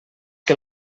que